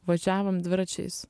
važiavom dviračiais